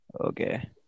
okay